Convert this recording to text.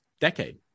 decade